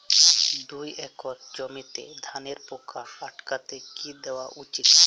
দুই একর জমিতে ধানের পোকা আটকাতে কি দেওয়া উচিৎ?